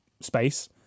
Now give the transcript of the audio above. space